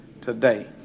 today